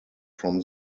from